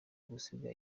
gusiga